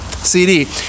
CD